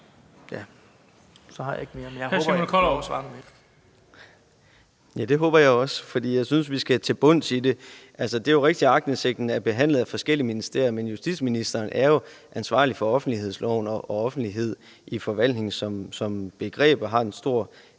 Simon Kollerup. Kl. 13:31 Simon Kollerup (S): Det håber jeg også, for jeg synes, vi skal til bunds i det. Altså, det er rigtigt, at aktindsigten er behandlet af forskellige ministerier. Men justitsministeren er jo ansvarlig for offentlighedsloven og offentlighed i forvaltningen som begreb og har stor